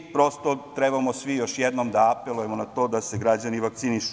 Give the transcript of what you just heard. Prosto, trebamo svi još jednom da apelujemo na to da se građani vakcinišu.